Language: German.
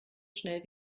schnell